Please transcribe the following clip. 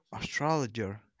astrologer